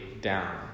down